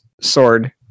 sword